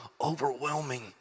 overwhelming